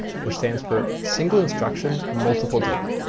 which stands for single instruction multiple data.